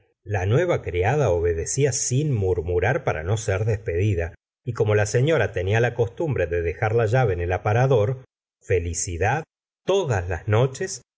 la nueva criada obedecía sin murmurar para no ser despedida y como la señora tenía la costumbre de dejar la llave en el aparador felicidad todas las noches